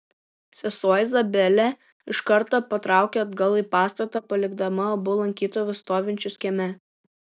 sesuo izabelė iš karto patraukė atgal į pastatą palikdama abu lankytojus stovinčius kieme